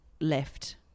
left